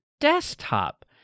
desktop